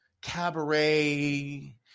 cabaret